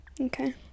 Okay